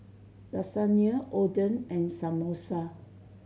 Lasagna Oden and Samosa